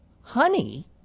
honey